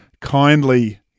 kindly